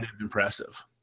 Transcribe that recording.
impressive